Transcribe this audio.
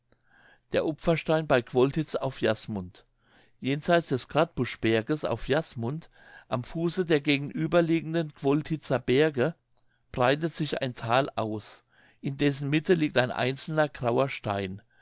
der opferstein bei quoltitz auf jasmund jenseits des krattbuschberges auf jasmund am fuße der gegenüber liegenden quoltitzer berge breitet sich ein thal aus in dessen mitte liegt ein einzelner grauer stein